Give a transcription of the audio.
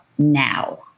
now